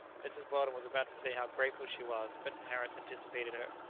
mrs. weldon was about to say how grateful she was, but harris anticipated her.